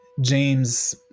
james